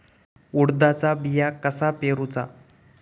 उडदाचा बिया कसा पेरूचा?